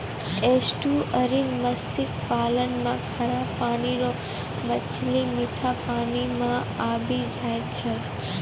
estuarine मत्स्य पालन मे खारा पानी रो मछली मीठा पानी मे आबी जाय छै